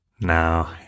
Now